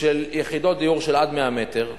של יחידות דיור של עד 100 מטר,